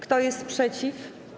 Kto jest przeciw?